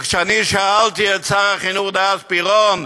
וכשאני שאלתי את שר החינוך דאז, פירון,